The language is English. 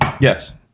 Yes